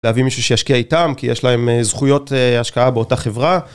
להביא מישהו שישקיע איתם, כי יש להם זכויות השקעה באותה חברה.